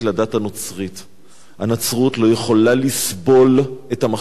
הנצרות לא יכולה לסבול את המחשבה שעם ישראל חזר לארצו,